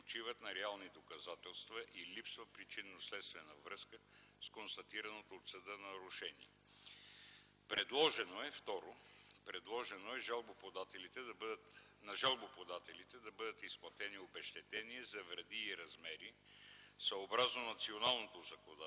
на реални доказателства и липсва причинно-следствена връзка с констатираното от съда нарушение. Второ, предложено е на жалбоподателите да бъдат изплатени обезщетения за вреди в размери, съобразно националното